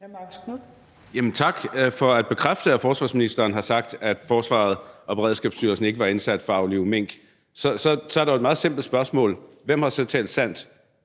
tak for at bekræfte, at forsvarsministeren har sagt, at forsvaret og Beredskabsstyrelsen ikke var indsat for at aflive mink. Så er der jo et meget simpelt spørgsmål: Hvem har så talt sandt